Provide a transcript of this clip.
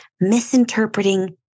misinterpreting